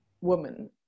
woman